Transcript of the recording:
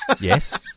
Yes